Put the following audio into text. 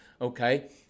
okay